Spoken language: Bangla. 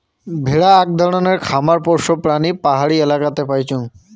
ভেড়া আক ধরণের খামার পোষ্য প্রাণী পাহাড়ি এলাকাতে পাইচুঙ